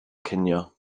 cinio